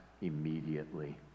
immediately